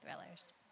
thrillers